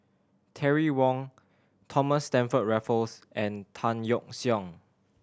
Terry Wong Thomas Stamford Raffles and Tan Yeok Seong